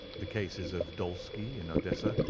the cases of dolsky in odessa,